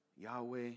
Yahweh